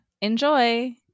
Enjoy